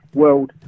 world